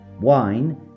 Wine